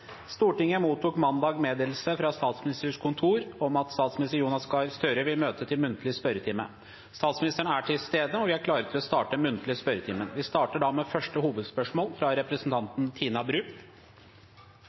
Stortinget mottok mandag meddelelse fra Statsministerens kontor om at statsminister Jonas Gahr Støre vil møte til muntlig spørretime. Statsministeren er til stede, og vi er klare til å starte den muntlige spørretimen. Vi starter da med første hovedspørsmål, fra